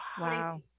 Wow